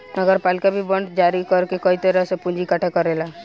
नगरपालिका भी बांड जारी कर के कई तरह से पूंजी इकट्ठा करेला